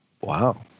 Wow